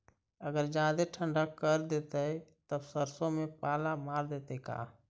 अगर जादे ठंडा कर देतै तब सरसों में पाला मार देतै का?